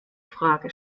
frage